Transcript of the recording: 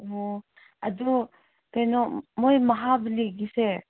ꯑꯣ ꯑꯗꯨ ꯀꯩꯅꯣ ꯃꯣꯏ ꯃꯍꯥꯕꯂꯤꯒꯤꯁꯦ